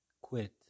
quit